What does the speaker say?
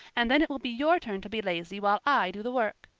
and then it will be your turn to be lazy while i do the work.